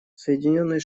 соединенные